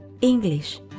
English